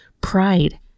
Pride